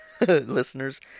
listeners